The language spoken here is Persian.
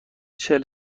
چهل